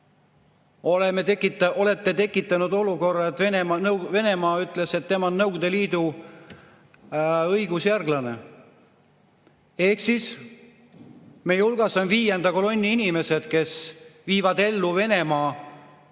olete tekitanud olukorra, et Venemaa ütles, et tema on Nõukogude Liidu õigusjärglane. Ehk siis meie hulgas on viienda kolonni inimesed, kes viivad ellu siinsamas